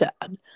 dad